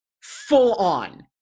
full-on